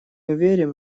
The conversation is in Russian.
верим